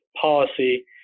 policy